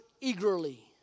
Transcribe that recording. eagerly